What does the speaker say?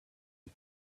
eat